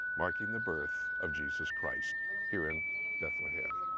marking the birth of jesus christ here in bethlehem.